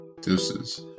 Deuces